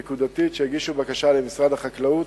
נקודתית, שיגישו בקשה למשרד החקלאות,